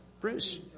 Bruce